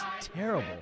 terrible